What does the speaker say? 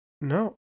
No